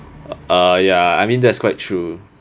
uh ya I mean that's quite true